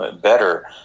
better